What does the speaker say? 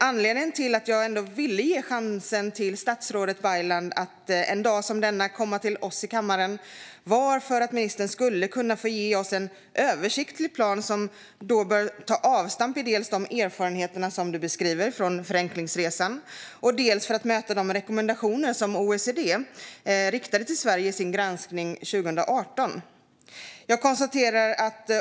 Anledningen till att jag ville ge statsrådet Baylan chansen att komma till oss här i kammaren var att statsrådet skulle få ge oss en översiktlig plan som dels tar avstamp i de erfarenheter från Förenklingsresan som statsrådet beskriver, dels möter rekommendationerna i OECD:s granskning 2018.